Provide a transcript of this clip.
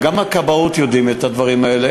גם בכבאות יודעים את הדברים האלה.